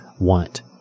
want